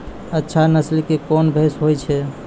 अच्छा नस्ल के कोन भैंस होय छै?